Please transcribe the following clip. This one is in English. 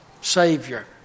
savior